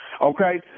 okay